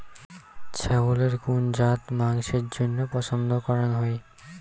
ছাগলের কুন জাত মাংসের জইন্য পছন্দ করাং হই?